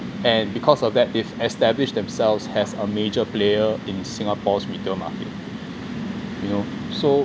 and because of that they've establish themselves as a major player in singapore's retail market you know so